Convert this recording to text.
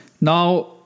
Now